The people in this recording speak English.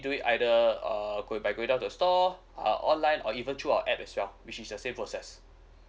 do it either uh going back going down to store ah online or even through our app as well which is the same process